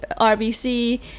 RBC